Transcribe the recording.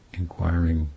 inquiring